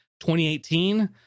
2018